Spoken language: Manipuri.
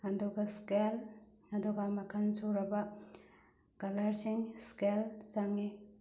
ꯑꯗꯨꯒ ꯏꯁꯀꯦꯜ ꯑꯗꯨꯒ ꯃꯈꯟ ꯁꯨꯔꯕ ꯀꯂꯔꯁꯤꯡ ꯏꯁꯀꯦꯜ ꯆꯪꯏ